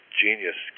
genius